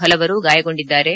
ಹಲವರು ಗಾಯಗೊಂಡಿದ್ದಾರೆ